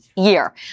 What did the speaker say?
year